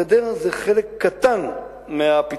הגדר היא חלק קטן מהפתרון.